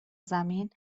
زمین